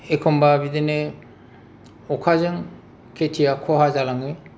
एखनबा बिदिनो अखाजों खेथिया खहा जालाङो